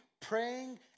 Praying